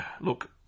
look